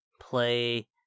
play